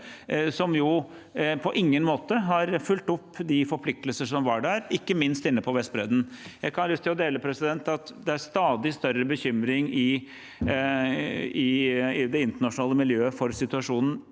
som på ingen måte har fulgt opp de forpliktelser som var der, ikke minst inne på Vestbredden. Jeg har lyst til å dele at det er stadig større bekymring i det internasjonale miljøet for situasjonen